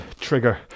trigger